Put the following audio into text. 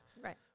Right